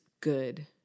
good